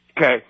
Okay